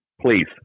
please